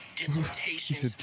dissertations